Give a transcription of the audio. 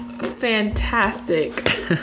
Fantastic